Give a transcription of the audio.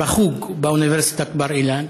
בחוג באוניברסיטת בר-אילן,